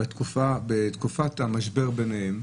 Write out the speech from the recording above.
בתקופת המשבר ביניהם,